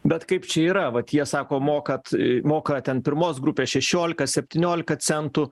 bet kaip čia yra vat jie sakot mokat moka ten pirmos grupės šešiolika septyniolika centų